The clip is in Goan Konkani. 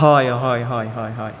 हय हय हय